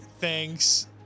thanks